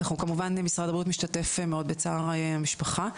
כמובן, משרד הבריאות משתתף מאוד בצער המשפחה.